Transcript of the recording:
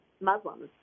Muslims